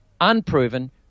unproven